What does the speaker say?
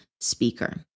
speaker